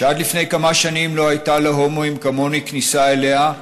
שעד לפני כמה שנים לא הייתה להומואים כמוני כניסה אליה,